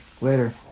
Later